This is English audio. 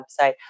website